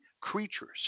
creatures